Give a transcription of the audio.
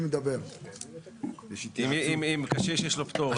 אם לקשיש יש פטור.